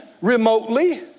remotely